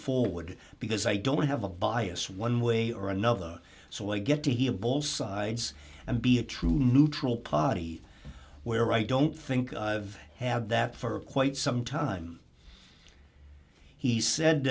forward because i don't have a bias one way or another so i get to he a bowl sides and be a true neutral party where i don't think i've had that for quite some time he said